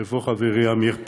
איפה חברי עמיר פרץ?